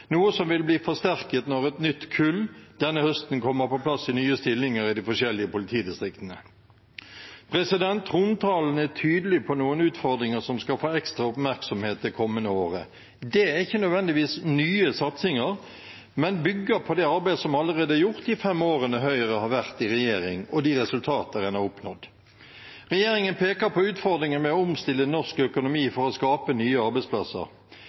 noe som vil bli forsterket når et nytt kull denne høsten kommer på plass i nye stillinger i de forskjellige politidistriktene. Trontalen er tydelig på noen utfordringer som skal få ekstra oppmerksomhet det kommende året. Det er ikke nødvendigvis nye satsinger, men bygger på det arbeidet som allerede er gjort de fem årene Høyre har vært i regjering, og de resultater en har oppnådd. Regjeringen peker på utfordringen med å omstille norsk økonomi for å skape nye arbeidsplasser.